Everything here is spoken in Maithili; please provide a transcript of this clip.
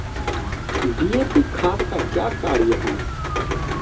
डी.ए.पी खाद का क्या कार्य हैं?